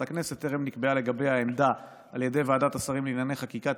הכנסת בטרם נקבעה לגביה עמדה על ידי ועדת השרים לענייני חקיקה,